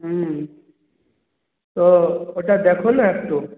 হুম তো ওটা দেখো না একটু